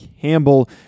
Campbell